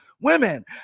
women